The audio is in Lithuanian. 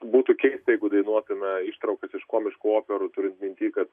būtų keista jeigu dainuotume ištraukas iš komiškų operų turint minty kad